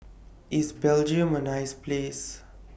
IS Belgium A nice Place